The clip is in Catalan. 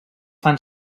fan